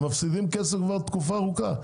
הם מפסידים כסף כבר תקופה ארוכה.